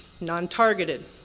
non-targeted